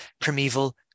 primeval